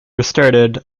restarted